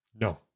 No